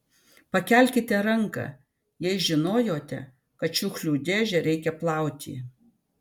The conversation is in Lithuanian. pakelkite ranką jei žinojote kad šiukšlių dėžę reikia plauti